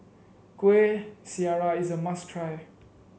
Kueh Syara is a must try